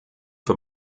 für